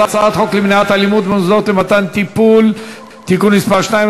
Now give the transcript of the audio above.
הצעת חוק למניעת אלימות במוסדות למתן טיפול (תיקון מס' 2),